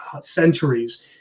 centuries